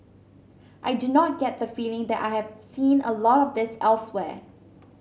I do not get the feeling that I have seen a lot of this elsewhere